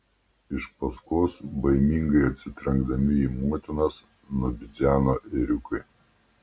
iš paskos baimingai atsitrenkdami į motinas nubidzeno ėriukai